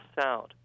sound